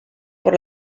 por